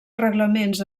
reglaments